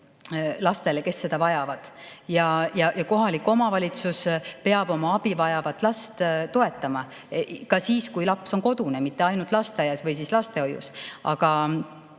lastele, kes seda vajavad. Ja kohalik omavalitsus peab oma abivajavat last toetama, ka siis, kui laps on kodune, mitte ainult lasteaias või lastehoius. Aga